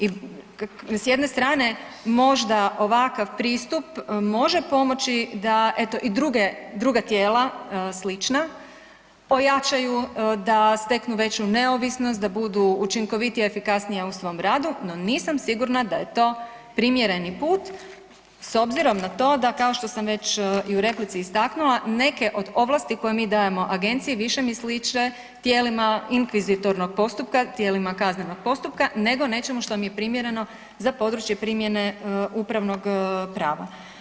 I s jedne strane možda ovakav pristup može pomoći da eto i druge, druga tijela slična ojačaju, da steknu veću neovisnost, da budu učinkovitija i efikasnija u svom radu, no nisam sigurna da je to primjerni put s obzirom na to da kao što sam već i u replici istaknula neke od ovlasti koje mi dajemo agenciji više mi sliče tijelima inkvizitornog postupka, tijelima kaznenog postupka nego nečemu što mi je primjereno za područje primjene upravnog prava.